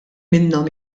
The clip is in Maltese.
minnhom